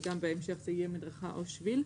וגם בהמשך זה יהיה: מדרכה או שביל,